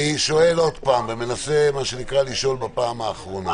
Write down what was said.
אני מנסה לשאול בפעם האחרונה.